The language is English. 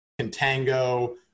Contango